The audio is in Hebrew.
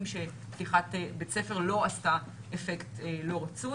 שפתיחת בתי ספר לא עשתה אפקט לא רצוי.